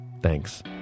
thanks